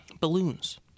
balloons